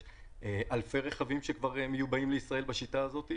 אלפי רכבים שמיובאים לישראל בשיטה הזאת,